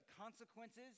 consequences